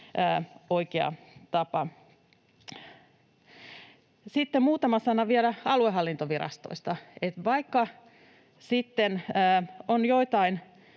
oikea tapa. Sitten muutama sana vielä aluehallintovirastoista. Vaikka on joitain